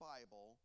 Bible